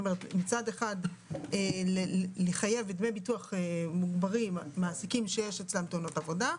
מצד אחד לחייב בדמי ביטוח מוגברים מעסיקים שיש אצלם תאונות עבודה,